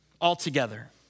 altogether